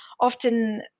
often